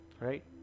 right